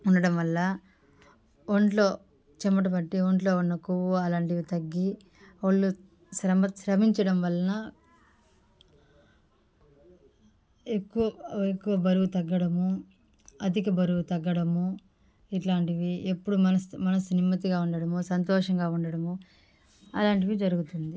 ఉండడంవల్ల ఒంట్లో చెమట పట్టి ఒంట్లో ఉన్న కొవ్వు అలాంటివి తగ్గి ఒళ్ళు శ్రమ శ్రమించడం వలన ఎక్కువ ఎక్కువ బరువు తగ్గడము అధిక బరువు తగ్గడము ఇట్లాంటివి ఎప్పుడు మనసు మనసు నిమ్మత్తిగా ఉండడం సంతోషంగా ఉండడము అలాంటివి జరుగుతుంది